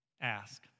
ask